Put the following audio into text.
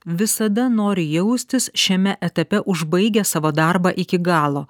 visada nori jaustis šiame etape užbaigę savo darbą iki galo